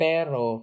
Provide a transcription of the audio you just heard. Pero